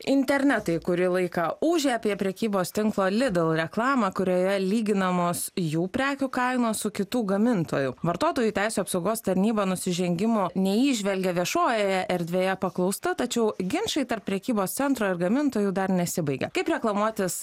internetai kurį laiką ūžė apie prekybos tinklo lidl reklamą kurioje lyginamos jų prekių kainos su kitų gamintojų vartotojų teisių apsaugos tarnyba nusižengimo neįžvelgia viešojoje erdvėje paklausta tačiau ginčai tarp prekybos centro ir gamintojų dar nesibaigia kaip reklamuotis